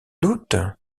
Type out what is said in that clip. doute